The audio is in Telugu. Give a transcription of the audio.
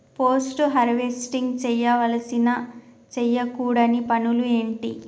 పోస్ట్ హార్వెస్టింగ్ చేయవలసిన చేయకూడని పనులు ఏంటి?